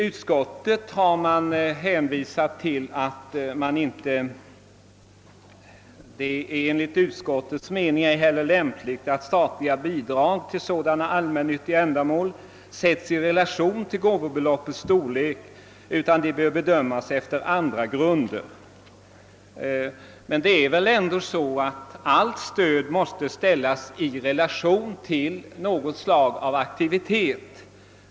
Utskottet säger i sitt utlåtande: »Det är enligt utskottets mening ej heller lämpligt att statliga bidrag till sådana allmännyttiga ändamål sätts i relation till gåvobeloppets storlek utan de bör bedömas efter andra grunder.» Men det är väl ändå så att allt stöd måste ställas i relation till något slag av aktivitet.